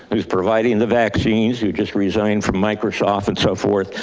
who's providing the vaccines who just resigned from microsoft and so forth.